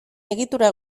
egitura